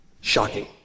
Shocking